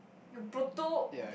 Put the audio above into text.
you